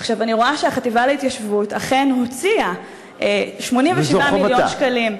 אני רואה שהחטיבה להתיישבות אכן הוציאה 87 מילון שקל.